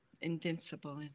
invincible